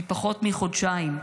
מפחות מחודשיים,